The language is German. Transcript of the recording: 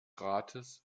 rates